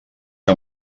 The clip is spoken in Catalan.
que